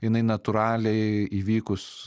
jinai natūraliai įvykus